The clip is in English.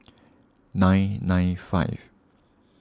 nine nine five